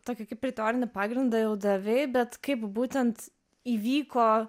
tokį kaip ir teorinį pagrindą jau davei bet kaip būtent įvyko